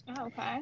okay